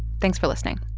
thanks for listening